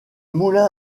moulin